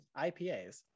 IPAs